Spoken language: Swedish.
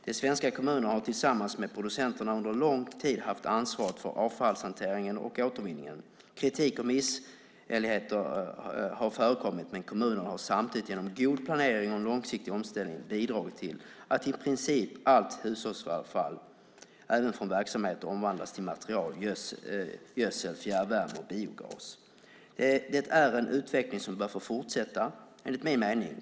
De svenska kommunerna har tillsammans med producenterna under en lång tid haft ansvaret för avfallshanteringen och återvinningen. Kritik och misshälligheter har förekommit, men kommunerna har samtidigt genom god planering och en långsiktig omställning bidragit till att i princip allt hushållsavfall, även från verksamheter, omvandlas till material, gödsel, fjärrvärme och biogas. Det är en utveckling som bör få fortsätta enligt min mening.